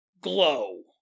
glow